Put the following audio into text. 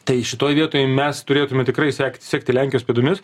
tai šitoj vietoje mes turėtume tikrai sekt sekti lenkijos pėdomis